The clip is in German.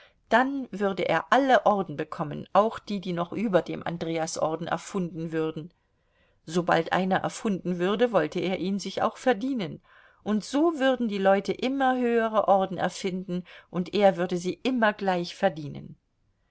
dann würde er alle orden bekommen auch die die noch über dem andreasorden erfunden würden sobald einer erfunden würde wollte er ihn sich auch verdienen und so würden die leute immer höhere orden erfinden und er würde sie immer gleich verdienen